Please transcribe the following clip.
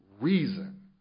reason